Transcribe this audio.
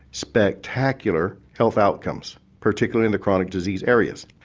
spectacular health outcomes, particularly in the chronic disease areas.